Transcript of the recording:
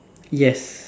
yes